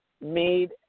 made